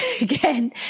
again